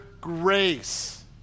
grace